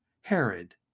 Herod